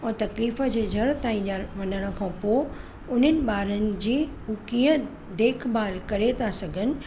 उहे तकलीफ़ जे जड़ ताईं वञण खां पोइ उन्हनि ॿारनि जी कीअं देखभाल करे तां सघनि